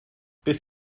beth